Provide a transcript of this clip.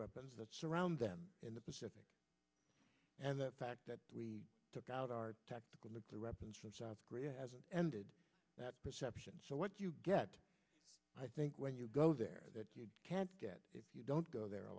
weapons that's around them in the pacific and the fact that we took out our tactical nuclear weapons from south korea has ended that perception so what do you get i think when you go there can't get it don't go there a